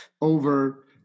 over